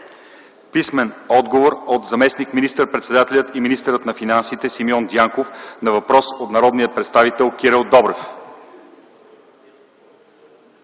Писмен отговор от заместник министър-председателя и министър на финансите Симеон Дянков на въпрос от народния представител Кирил Добрев.